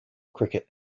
cricket